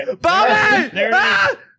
Bobby